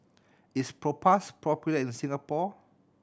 is Propass popular in Singapore